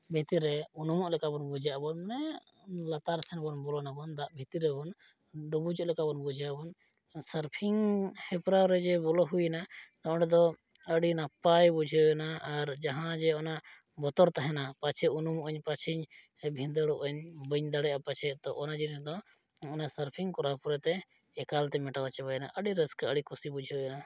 ᱵᱷᱛᱤᱨ ᱨᱮ ᱩᱱᱩᱢᱚᱜ ᱞᱮᱠᱟᱵᱚᱱ ᱵᱩᱡᱟ ᱢᱟᱱᱮ ᱞᱟᱛᱟᱨ ᱥᱮᱱᱵᱚᱱ ᱵᱚᱞᱚᱱᱟᱵᱚᱱ ᱫᱟᱜ ᱵᱷᱤᱛᱤᱨ ᱨᱮᱵᱚᱱ ᱰᱩᱵᱩᱡᱚᱜ ᱞᱮᱠᱟᱵᱚᱱ ᱵᱩᱡᱷᱟᱹᱣᱟᱵᱚᱱ ᱥᱟᱨᱯᱷᱤᱝ ᱦᱮᱯᱨᱟᱣ ᱨᱮ ᱡᱮ ᱵᱚᱞᱚ ᱦᱩᱭᱱᱟ ᱚᱸᱰᱮ ᱫᱚ ᱟᱹᱰᱤ ᱱᱟᱯᱟᱭ ᱵᱩᱡᱷᱟᱹᱣᱱᱟ ᱟᱨ ᱡᱟᱦᱟᱸ ᱡᱮ ᱚᱱᱟ ᱵᱚᱛᱚᱨ ᱛᱮᱦᱮᱱᱟ ᱯᱟᱪᱷᱮ ᱩᱱᱩᱢᱚᱜ ᱟᱹᱧ ᱯᱟᱪᱷᱮ ᱵᱷᱤᱸᱫᱟᱹᱲᱚᱜ ᱟᱹᱧ ᱵᱟᱹᱧ ᱫᱟᱲᱮᱭᱟᱜᱼᱟ ᱯᱟᱪᱷᱮ ᱚᱱᱟ ᱡᱤᱱᱤᱥ ᱫᱚ ᱚᱱᱟ ᱥᱟᱨᱯᱷᱤᱝ ᱠᱚᱨᱟᱣ ᱯᱚᱨᱮᱛᱮ ᱮᱠᱟᱞᱛᱮ ᱢᱮᱴᱟᱣ ᱪᱟᱵᱟᱭᱱᱟ ᱟᱹᱰᱤ ᱨᱟᱹᱥᱠᱟᱹ ᱟᱹᱰᱤ ᱠᱩᱥᱤ ᱵᱩᱡᱷᱟᱹᱣᱱᱟ